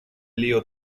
leo